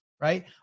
Right